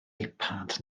ipad